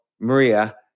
Maria